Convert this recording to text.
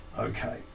okay